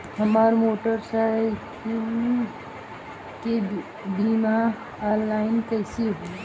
हमार मोटर साईकीलके बीमा ऑनलाइन कैसे होई?